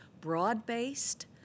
broad-based